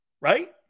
right